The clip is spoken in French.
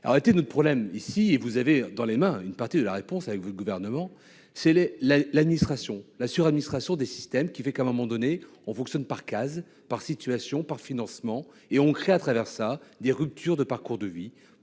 s'arrêter notre problème ici et vous avez dans les mains une partie de la réponse avec votre gouvernement, c'est la l'administration la sur administration des systèmes qui fait qu'à un moment donné on fonctionne par case par situation par financement et on crée à travers ça, des ruptures de parcours de vie